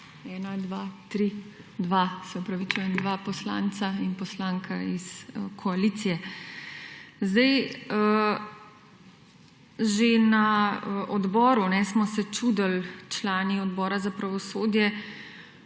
ena, dva, tri…, dva, se opravičujem, dva poslanca in poslanka iz koalicije. Že na odboru smo se čudili člani Odbora za pravosodje,